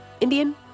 Indian